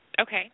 Okay